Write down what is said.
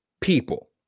people